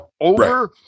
over